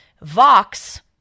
Vox